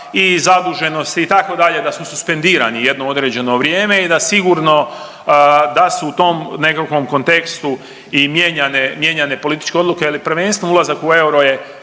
i zaduženosti itd. da su suspendirani jedno određeno vrijeme i da sigurno da su u tom nekakvom kontekstu i mijenjane političke odluke, ali prvenstveno ulazak u euro je